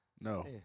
No